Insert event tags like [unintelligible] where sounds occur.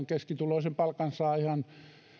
[unintelligible] keskituloisen palkansaajan